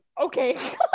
okay